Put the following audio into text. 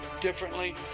differently